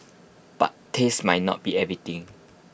but taste might not be everything